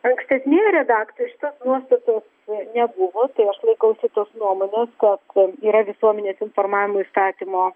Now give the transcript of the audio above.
ankstesnėje redakcijoj šitos nuostatos nebuvo tai aš laikausi tos nuomonės kad yra visuomenės informavimo įstatymo